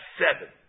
seven